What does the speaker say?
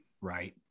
Right